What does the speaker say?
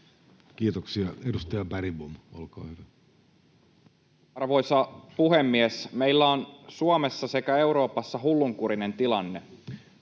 Kiitoksia. — Edustaja Bergbom, olkaa hyvä. Arvoisa puhemies! Meillä on Suomessa sekä Euroopassa hullunkurinen tilanne: